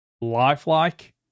lifelike